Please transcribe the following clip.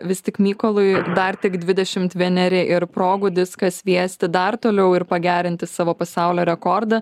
vis tik mykolui dar tik dvidešimt vieneri ir progų diską sviesti dar toliau ir pagerinti savo pasaulio rekordą